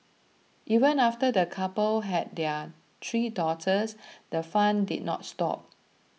even after the couple had their three daughters the fun did not stop